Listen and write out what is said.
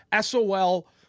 SOL